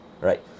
right